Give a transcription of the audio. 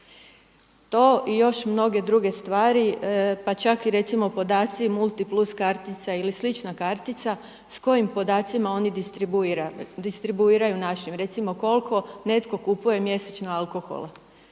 To i još mnoge druge stvari pa čak i recimo podaci Multiplus kartica ili slična kartica sa kojim podacima oni distribuiraju našim. Recimo koliko netko kupuje mjesečno alkohola?